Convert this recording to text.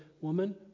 woman